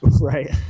Right